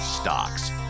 Stocks